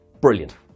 brilliant